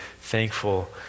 thankful